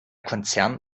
konzern